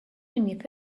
beneath